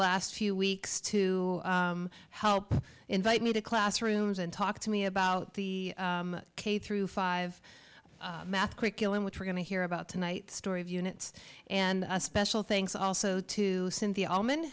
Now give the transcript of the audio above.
last few weeks to help invite me to classrooms and talk to me about the k through five math curriculum which we're going to hear about tonight story of units and a special thanks also to cynthia allman